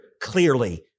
clearly